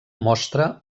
mostra